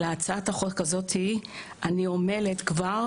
על הצעת החוק הזאת אני עומלת כבר